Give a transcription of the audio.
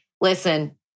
listen